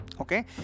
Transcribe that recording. okay